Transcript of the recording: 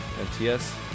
MTS